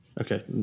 Okay